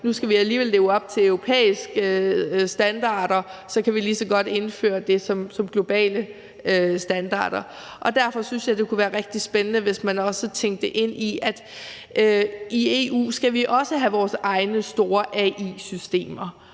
Nu skal vi alligevel leve op til europæiske standarder, og så kan vi lige så godt indføre det som globale standarder. Derfor synes jeg, det kunne være rigtig spændende, hvis man også tænkte det ind i, at vi også skal have vores egne store AI-systemer